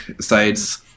sites